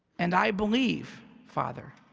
and i believe father,